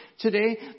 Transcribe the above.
today